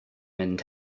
mynd